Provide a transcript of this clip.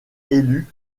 élu